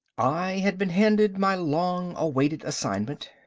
i had been handed my long-awaited assignment.